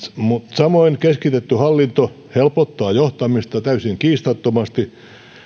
samoin keskitetty hallinto helpottaa johtamista täysin kiistattomasti